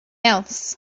else